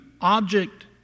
object